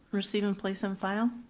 receive and place in file.